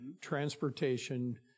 transportation